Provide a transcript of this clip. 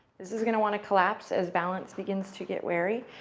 this is going to want to collapse as balance begins to get wary,